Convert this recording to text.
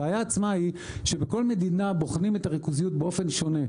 הבעיה עצמה היא שבכל מדינה בוחנים את הריכוזיות באופן שונה,